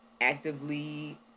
actively